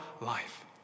life